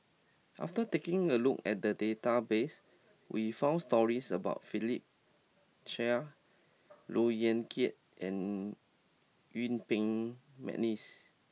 after taking a look at the database we found stories about Philip Chia Look Yan Kit and Yuen Peng McNeice